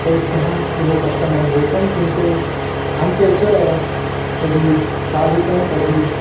तैः सह बहु कष्टम् अनुभूतं किन्तु अन्ते च यदि साधितं तर्हि